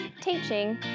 teaching